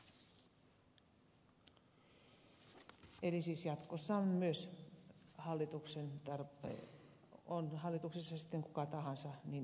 eli siis jatkossa on myös hallituksen on hallituksessa sitten kuka tahansa joustettava